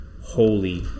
holy